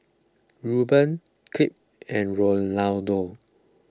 Rueben Kip and Rolando